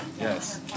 Yes